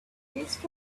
next